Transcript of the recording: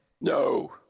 No